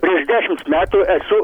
prieš dešimt metų esu